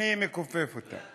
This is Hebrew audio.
אני מכופף אותם.